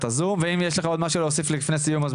השאלה ואם יש לך עוד משהו להוסיף לפני סיום הדיון,